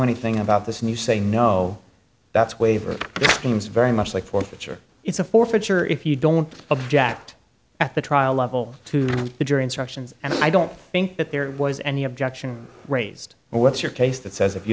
anything about this and you say no that's waiver seems very much like forfeiture it's a forfeiture if you don't object at the trial level to the jury instructions and i don't think that there was any objection raised but what's your case that says if you